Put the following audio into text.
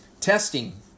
Testing